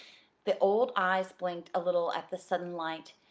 the old eyes blinked a little at the sudden light,